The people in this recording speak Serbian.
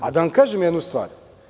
Da vam kažem jednu stvar.